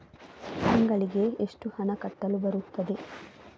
ತಿಂಗಳಿಗೆ ಎಷ್ಟು ಹಣ ಕಟ್ಟಲು ಬರುತ್ತದೆ?